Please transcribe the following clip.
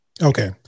Okay